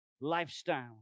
lifestyle